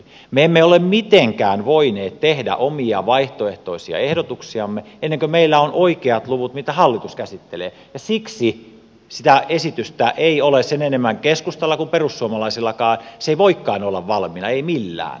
me emme ole mitenkään voineet tehdä omia vaihtoehtoisia ehdotuksiamme ennen kuin meillä on oikeat luvut joita hallitus käsittelee ja siksi sitä esitystä ei ole sen enempää keskustalla kuin perussuomalaisillakaan se ei voikaan olla valmiina ei millään